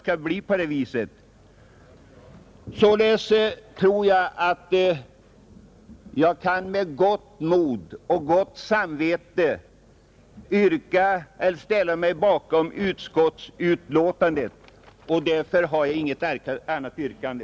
Sålunda tror jag att jag med gott mod och gott samvete kan ställa mig bakom utskottsbetänkandet. Därför har jag inget annat yrkande.